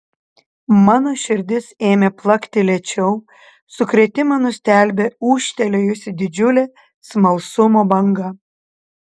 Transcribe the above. mano širdis ėmė plakti lėčiau sukrėtimą nustelbė ūžtelėjusi didžiulė smalsumo banga